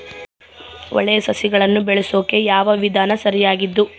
ಒಳ್ಳೆ ಸಸಿಗಳನ್ನು ಬೆಳೆಸೊಕೆ ಯಾವ ವಿಧಾನ ಸರಿಯಾಗಿದ್ದು?